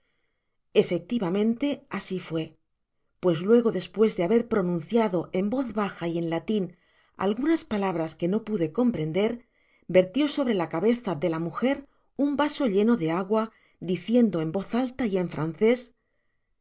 efectivamente asi fué pues luego despues de haber pronunciado en voz baja y en latin algunas palabras que no pude comprender vertio sobre la cabeza de la mujer un vaso lien de agua diciendo en voz alta y en francés